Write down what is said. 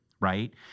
right